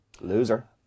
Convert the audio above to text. Loser